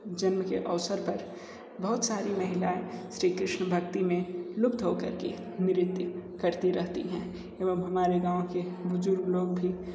जन्म के अवसर पर बहुत सारी महिलाएं श्री कृष्ण भक्ती में लुप्त हो कर के नृत्य करती रहती हैं एवं हमारे गाँव के बुजुर्ग लोग भी